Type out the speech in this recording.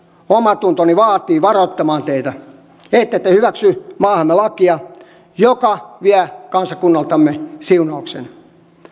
omatuntoni vaatii varottamaan teitä ettette hyväksy maahamme lakia joka vie kansakunnaltamme siunauksen